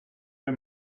mir